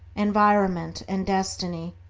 environment, and destiny.